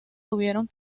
tuvieron